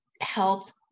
helped